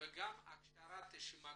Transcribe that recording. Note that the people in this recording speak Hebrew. וגם הכשרת שמגלוץ',